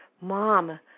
Mom